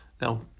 now